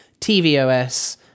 tvOS